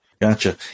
Gotcha